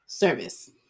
Service